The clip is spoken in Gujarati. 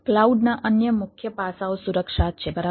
ક્લાઉડના અન્ય મુખ્ય પાસાઓ સુરક્ષા છે બરાબર